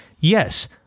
Yes